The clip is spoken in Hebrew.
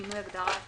שינוי הגדרת הנגב),